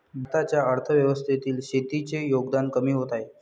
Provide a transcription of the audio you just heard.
भारताच्या अर्थव्यवस्थेतील शेतीचे योगदान कमी होत आहे